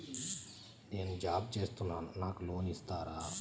నేను జాబ్ చేస్తున్నాను నాకు లోన్ ఇస్తారా?